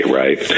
right